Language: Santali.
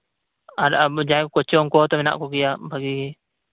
ᱟᱨ ᱟᱵᱚ ᱡᱟᱸᱦᱟᱭ ᱠᱚ ᱠᱳᱪᱤᱝ ᱩᱱᱠᱩ ᱦᱚᱛᱚ ᱢᱮᱱᱟᱜ ᱠᱚᱜᱮᱭᱟ ᱵᱷᱟᱹᱜᱤ